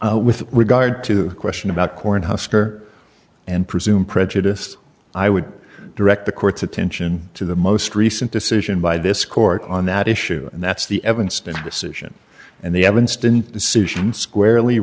honors with regard to question about cornhusker and presume prejudiced i would direct the court's attention to the most recent decision by this court on that issue and that's the evanston decision and the evanston decision squarely